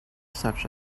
such